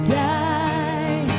die